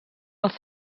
els